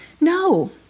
No